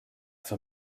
zur